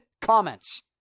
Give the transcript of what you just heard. comments